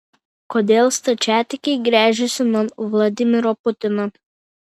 kodėl stačiatikiai gręžiasi nuo vladimiro putino